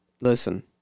Listen